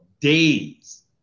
days